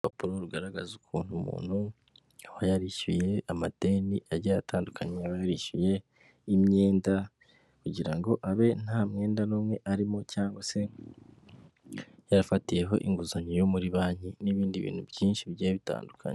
Uruparo rugaragaza ukuntu umuntu aba yarishyuye amadeni agiye atandukanye aba yarishyuriyeho imyenda; kugira ngo abe nta mwenda n'u umwe arimo cyangwa se yarafatiyeho inguzanyo yo muri banki n'ibindi bintu byinshi bigiye bitandukanye.